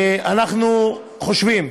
אנחנו חושבים,